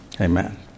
Amen